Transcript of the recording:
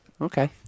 Okay